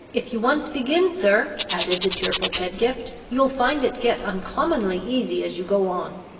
if you once begin, sir, added the cheerful pedgift, you'll find it get uncommonly easy as you go on.